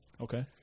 Okay